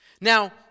Now